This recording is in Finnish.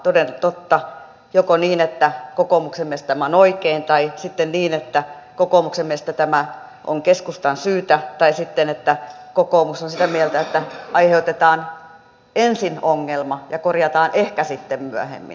toden totta joko niin että kokoomuksen mielestä tämä on oikein tai sitten niin että kokoomuksen mielestä tämä on keskustan syytä tai sitten että kokoomus on sitä mieltä että aiheutetaan ensin ongelma ja korjataan ehkä sitten myöhemmin